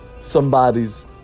somebody's